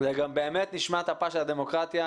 אלא זאת באמת נשמת אפה של הדמוקרטיה.